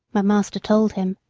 my master told him.